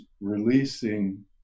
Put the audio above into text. releasing